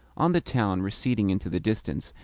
on the town receding into the distance,